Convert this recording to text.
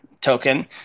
token